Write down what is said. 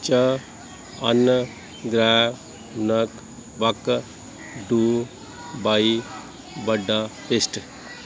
ਚਾਹ ਫ਼ਲ ਜਾਂ ਨਕ ਬਕ ਡੂਬਾਈ ਬੁਡਾਪਿਸਟ